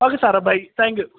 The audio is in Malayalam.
ഓക്കെ സാറെ ബായ് താങ്ക് യൂ